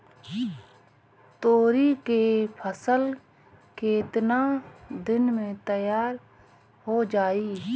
तोरी के फसल केतना दिन में तैयार हो जाई?